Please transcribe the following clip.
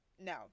no